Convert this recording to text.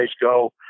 go